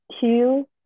two